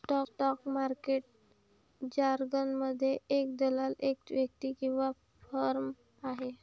stock market जारगनमध्ये, एक दलाल एक व्यक्ती किंवा फर्म आहे